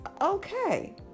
okay